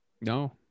no